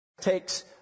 takes